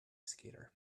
skater